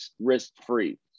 risk-free